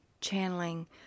channeling